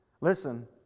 listen